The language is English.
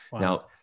Now